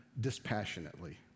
dispassionately